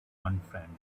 unfriendly